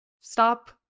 Stop